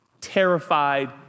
terrified